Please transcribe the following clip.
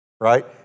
right